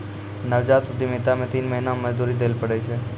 नवजात उद्यमिता मे तीन महीना मे मजदूरी दैल पड़ै छै